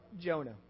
Jonah